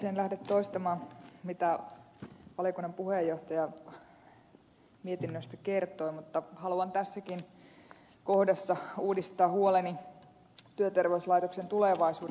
en lähde toistamaan mitä valiokunnan puheenjohtaja mietinnöstä kertoi mutta haluan tässäkin kohdassa uudistaa huoleni työterveyslaitoksen tulevaisuuden osalta